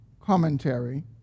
commentary